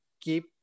keep